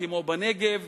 כמו בנגב,